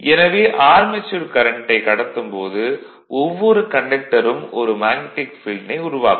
எனவே ஆர்மெச்சூர் கரண்ட்டைக் கடத்தும் போது ஒவ்வொரு கண்டக்டரும் ஒரு மேக்னடிக் ஃபீல்டினை உருவாக்கும்